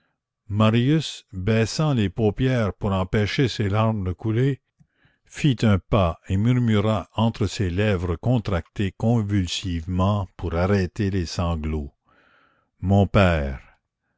marius baissant les paupières pour empêcher ses larmes de couler fit un pas et murmura entre ses lèvres contractées convulsivement pour arrêter les sanglots mon père